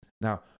now